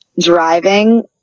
driving